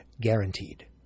Guaranteed